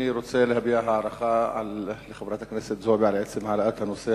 אני רוצה להביע הערכה לחברת הכנסת זועבי על עצם העלאת הנושא.